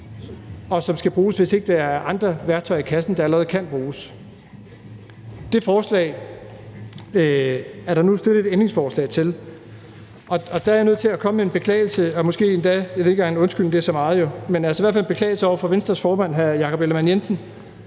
og hvis ikke der allerede er andre værktøjer i kassen, der kan bruges. Kl. 15:51 Det forslag er der nu stillet et ændringsforslag til, og der er jeg nødt til at komme med en beklagelse og måske endda en undskyldning, men det er jo så meget, men i hvert fald en beklagelse over for Venstres formand, hr. Jakob Ellemann-Jensen,